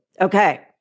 Okay